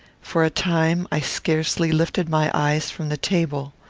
for a time i scarcely lifted my eyes from the table.